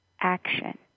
action